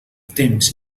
temps